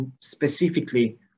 specifically